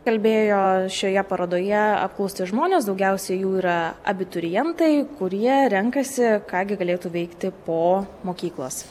kalbėjo šioje parodoje apklausti žmonės daugiausiai jų yra abiturientai kurie renkasi ką gi galėtų veikti po mokyklos